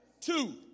Two